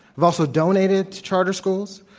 i've also donated to charter schools.